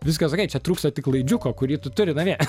viskas okey čia trūksta tik laidžiuko kurį tu turi namie